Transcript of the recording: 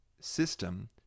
system